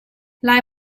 lai